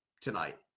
tonight